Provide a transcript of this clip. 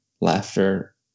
laughter